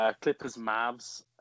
Clippers-Mavs